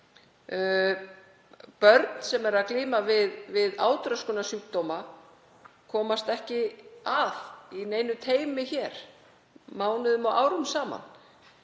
Börn sem glíma við átröskunarsjúkdóma komast ekki að í neinu teymi hér mánuðum og árum saman.